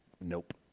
Nope